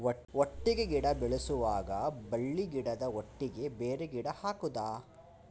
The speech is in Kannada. ಒಟ್ಟಿಗೆ ಗಿಡ ಬೆಳೆಸುವಾಗ ಬಳ್ಳಿ ಗಿಡದ ಒಟ್ಟಿಗೆ ಬೇರೆ ಗಿಡ ಹಾಕುದ?